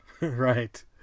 Right